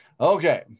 Okay